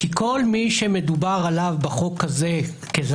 כי כל מי שמדובר עליו בחוק הזה כמי